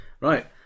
right